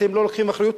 אתם לא לוקחים אחריות.